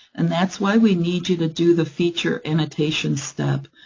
and that's why we need you to do the feature annotation step,